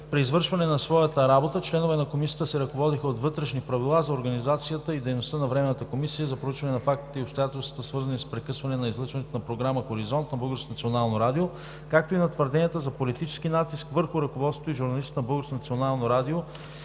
При извършване на своята работа членовете на Комисията се ръководеха от Вътрешни правила за организацията и дейността на Временната комисия за проучване на фактите и обстоятелствата, свързани с прекъсване на излъчването на програма „Хоризонт“ на Българското национално радио, както и на твърденията за политически натиск върху ръководството и журналисти от